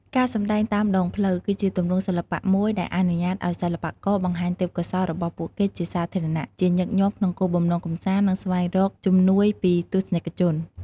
ការសម្ដែងតាមដងផ្លូវ គឺជាទម្រង់សិល្បៈមួយដែលអនុញ្ញាតឱ្យសិល្បករបង្ហាញទេពកោសល្យរបស់ពួកគេជាសាធារណៈ ជាញឹកញាប់ក្នុងគោលបំណងកម្សាន្ត និងស្វែងរកជំនួយពីទស្សនិកជន។